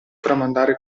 tramandare